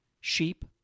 Sheep